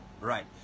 right